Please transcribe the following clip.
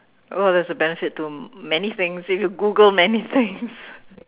well there's a benefit to many things if you Google many things